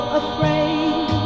afraid